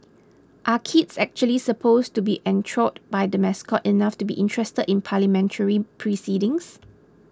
are kids actually supposed to be enthralled by the mascot enough to be interested in Parliamentary proceedings